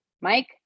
Mike